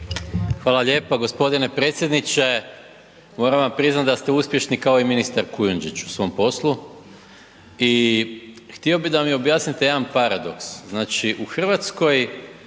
Hvala lijepa. Gospodine predsjedniče, moram vam priznati da ste uspješni kao i ministar Kujundžić u svom poslu. I htio bih da mi objasnite jedan paradoks,